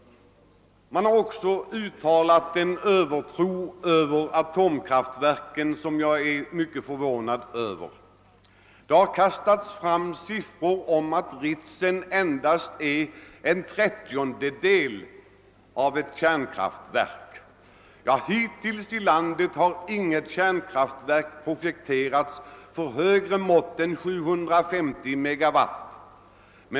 Jag är också förvånad över att man hyser sådan övertro på atomkraftverken. Det har kastats fram att Ritsems produktion endast kommer att uppgå till en trettiondel av ett kärnkraftsverks produktion. Hittills har dock inget kärnkraftverk i landet projekterats för mer än 750 megawatt.